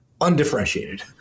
undifferentiated